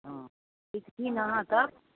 हाँ सिखथिन अहाँ तब